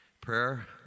Prayer